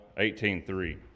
18.3